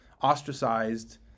ostracized